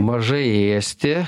mažai ėsti